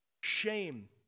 shame